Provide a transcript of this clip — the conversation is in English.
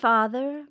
Father